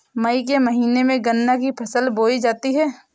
मई के महीने में गन्ना की फसल बोई जाती है